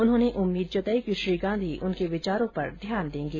उन्होंने उम्मीद जताई कि श्री गांधी उनके विचारों पर ध्यान देंगे